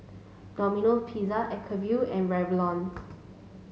Domino Pizza Acuvue and Revlon